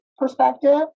perspective